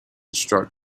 struck